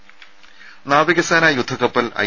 രുദ നാവികസേനാ യുദ്ധക്കപ്പൽ ഐ